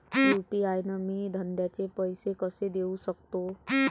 UPI न मी धंद्याचे पैसे कसे देऊ सकतो?